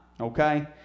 okay